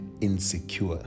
Insecure